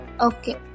Okay